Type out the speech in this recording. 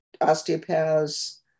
osteopaths